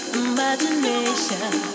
imagination